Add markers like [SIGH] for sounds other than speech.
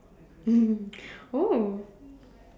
[LAUGHS] oh